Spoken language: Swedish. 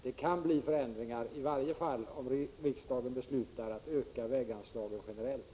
Det kan bli förändringar, i varje fall om riksdagen beslutar att öka väganslagen generellt.